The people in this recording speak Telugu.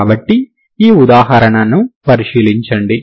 కాబట్టి ఈ ఉదాహరణను పరిశీలించండి